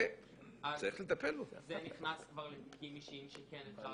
אז זה נכנס כבר לתיקים אישיים שכן אפשר